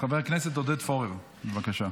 חבר הכנסת עודד פורר, בבקשה.